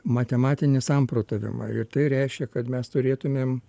matematinį samprotavimą ir tai reiškia kad mes turėtumėm